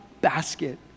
basket